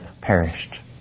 perished